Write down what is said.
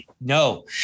No